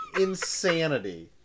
insanity